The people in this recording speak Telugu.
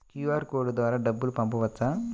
క్యూ.అర్ కోడ్ ద్వారా డబ్బులు పంపవచ్చా?